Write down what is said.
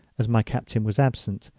as my captain was absent,